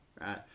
right